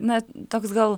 na toks gal